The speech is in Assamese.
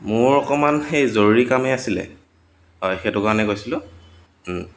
মোৰ অকণমাণ সেই জৰুৰী কামেই আছিলে হয় সেইটো কাৰণে কৈছিলোঁ